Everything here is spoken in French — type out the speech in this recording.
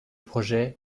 projet